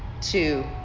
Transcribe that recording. two